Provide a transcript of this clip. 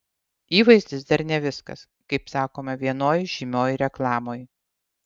įvaizdis dar ne viskas kaip sakoma vienoj žymioj reklamoj